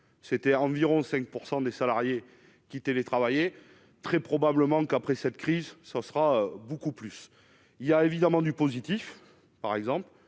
c'était environ 5 % des salariés qui télétravailler très probablement qu'après cette crise, ce sera beaucoup plus, il y a évidemment du positif, par exemple,